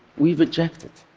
we reject it.